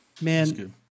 man